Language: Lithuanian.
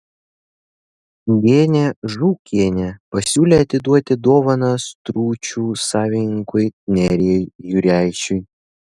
genė žūkienė pasiūlė atiduoti dovaną stručių savininkui nerijui jurešiui